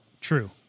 true